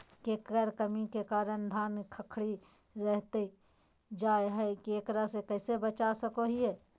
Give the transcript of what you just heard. केकर कमी के कारण धान खखड़ी रहतई जा है, एकरा से कैसे बचा सको हियय?